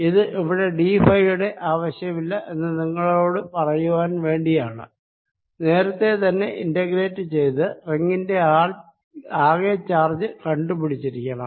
ഇത് ഇവിടെ d phi യുടെ ആവശ്യമില്ല എന്ന് നിങ്ങളോട് പറയുവാൻ വേണ്ടിയാണ് നേരത്തെ തന്നെ ഇന്റഗ്രേറ്റ് ചെയ്ത് റിങ്ങിന്റെ ആകെ ചാർജ് കണ്ടു പിടിച്ചിരിക്കണം